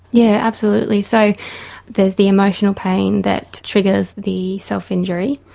yeah absolutely, so there's the emotional pain that triggers the self injury